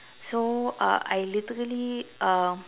so uh I literally um